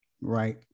Right